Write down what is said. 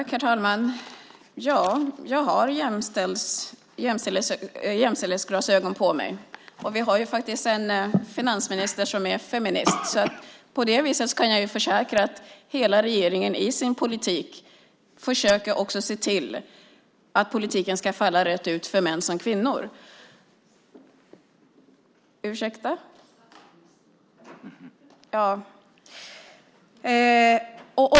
Herr talman! Jag har jämställdhetsglasögon på mig. Vi har en finansminister som är feminist. På det viset kan jag försäkra att hela regeringen i sin politik försöker att se att politiken ska falla väl ut för såväl män som kvinnor.